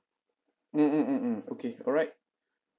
mm mm mm mm okay alright